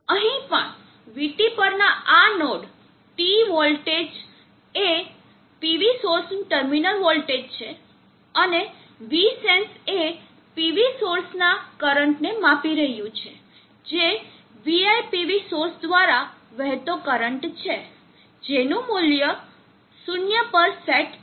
અહીં પણ vT પરના આ નોડ T નું વોલ્ટેજ એ PV સોર્સનું ટર્મિનલ વોલ્ટેજ છે અને V સેન્સ એ PV સોર્સના કરંટને માપી રહ્યું છે જે VIPV સોર્સ દ્વારા વહેતો કરંટ છે જેનું મૂલ્ય શૂન્ય પર સેટ છે